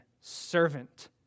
servant